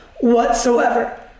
whatsoever